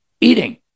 eating